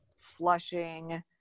flushing